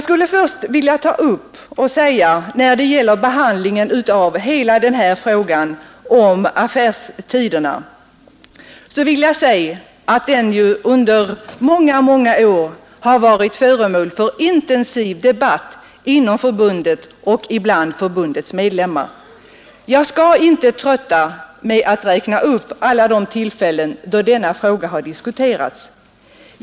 Hela denna fråga om affärstiderna har ju under många år varit föremål för intensiv debatt inom förbundet, bland förbundets medlemmar. Jag skall inte trötta kammaren med att räkna upp alla de tillfällen då denna fråga har diskuterats.